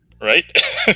right